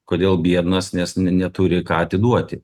kodėl biednas nes ne neturi ką atiduoti